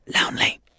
Lonely